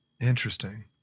Interesting